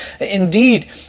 Indeed